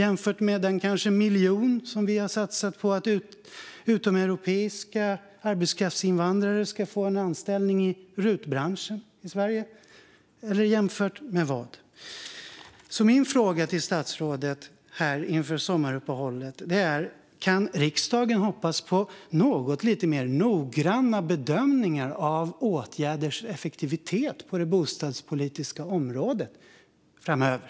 Är det kanske jämfört med den miljon som vi har satsat på att utomeuropeiska arbetskraftsinvandrare ska få en anställning i rutbranschen i Sverige, eller vad jämför man med? Min fråga till statsrådet inför sommaruppehållet är: Kan riksdagen hoppas på lite mer noggranna bedömningar av åtgärders effektivitet på det bostadspolitiska området framöver?